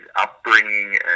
upbringing